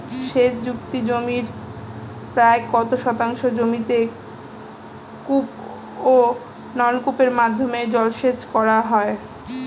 সেচ যুক্ত জমির প্রায় কত শতাংশ জমিতে কূপ ও নলকূপের মাধ্যমে জলসেচ করা হয়?